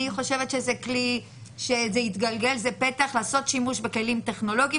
אני חושבת שזה כלי שיתגלגל וזה פתח לעשות שימוש בכלים טכנולוגיים